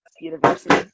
university